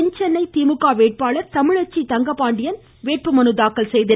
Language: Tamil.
தென்சென்னை திமுக வேட்பாளர் தமிழச்சி தங்கபாண்டியன் இன்று வேட்புமனு தாக்கல் செய்தார்